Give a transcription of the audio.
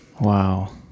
Wow